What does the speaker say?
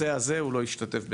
בנושא הזה הוא לא השתתף בדיונים,